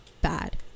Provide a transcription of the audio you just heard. bad